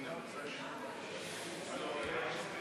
ההסתייגות